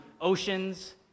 oceans